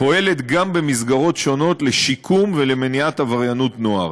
פועלת גם במסגרות שונות לשיקום ולמניעת עבריינות נוער.